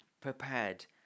prepared